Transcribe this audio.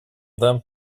them